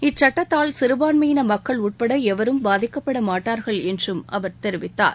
இச்சுட்டத்தால் சிறபான்மையின மக்கள் உட்பட எவரும் பாதிக்கப்பட்ட மாட்டார்கள் என்றும் அவர் தெரிவித்தார்